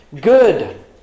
good